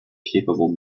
capable